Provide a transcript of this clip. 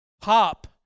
pop